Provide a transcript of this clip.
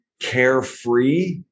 carefree